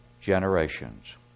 generations